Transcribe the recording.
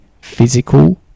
physical